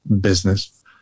business